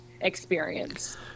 experience